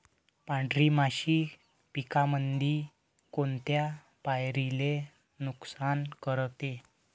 पांढरी माशी पिकामंदी कोनत्या पायरीले नुकसान करते?